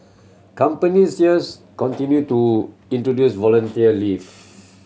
companies there's continue to introduce volunteer leave